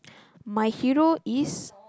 my hero is